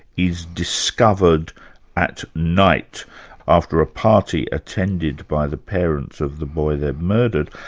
is discovered at night after a party attended by the parents of the boy they'd murdered.